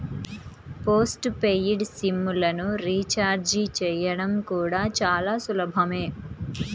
post paid sim లను recharge చేయడం కూడా చాలా సులభమే